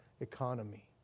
economy